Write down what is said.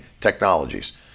technologies